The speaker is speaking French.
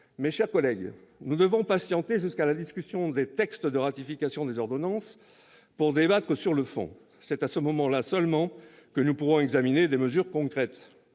Mes chers collègues, nous devrons patienter jusqu'à la discussion des textes de ratification des ordonnances pour débattre sur le fond. C'est à ce moment-là seulement que nous pourrons examiner des mesures concrètes.